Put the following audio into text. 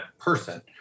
person